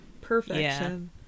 Perfection